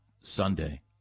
Sunday